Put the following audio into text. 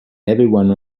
everyone